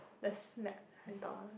the smell